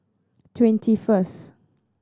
twenty first